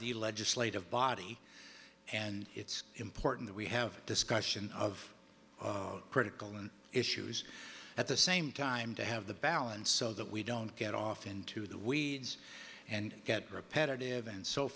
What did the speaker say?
the legislative body and it's important that we have discussion of critical issues at the same time to have the balance so that we don't get off into the weeds and get repetitive and so